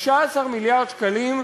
16 מיליארד שקלים,